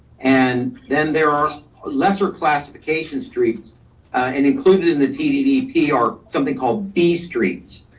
and then there are lesser classification streets and included in the tddp are something called b streets.